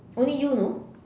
only you you know